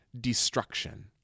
destruction